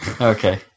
Okay